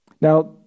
Now